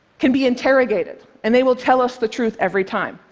can be interrogated, and they will tell us the truth every time.